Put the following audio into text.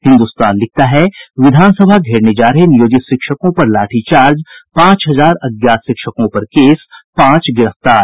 हिन्दुस्तान लिखता है विधानसभा घेरने जा रहे नियोजित शिक्षकों पर लाठीचार्ज पांच हजार अज्ञात शिक्षकों पर केस पांच गिरफ्तार